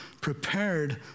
prepared